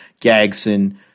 Gagson